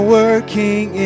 working